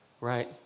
right